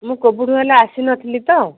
ମୁଁ କେବେଠୁ ହେଲା ଆସିନଥିଲି ତ